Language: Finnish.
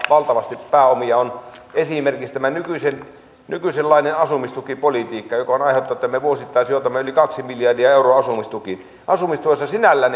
valtavasti pääomia on esimerkiksi tämä nykyisenlainen asumistukipolitiikka joka on aiheuttanut sen että me vuosittain sijoitamme yli kaksi miljardia euroa asumistukiin asumistuessa sinällään